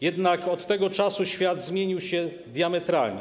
Jednak od tego czasu świat zmienił się diametralnie.